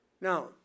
Now